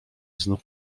znów